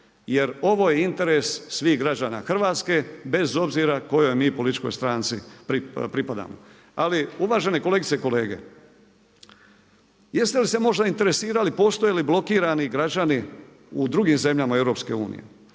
Jer ovo je interes svih građana Hrvatske bez obzira kojoj mi političkoj stranci pripadamo. Ali uvažene kolegice i kolege, jeste li se možda interesirali postoje li blokirani građani u drugim zemljama EU?